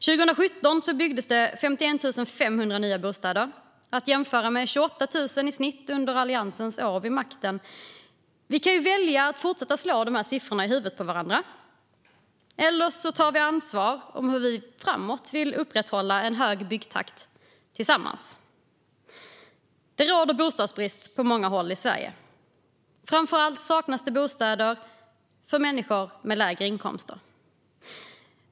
År 2017 byggdes 51 500 nya bostäder, att jämföra med i snitt 28 000 per år under Alliansens år vid makten. Vi kan välja att fortsätta slå dessa siffror i huvudet på varandra, eller också tar vi ansvar för hur vi vill upprätthålla en hög byggtakt framåt - tillsammans. Det råder bostadsbrist på många håll i Sverige. Framför allt saknas det bostäder för människor med lägre inkomster.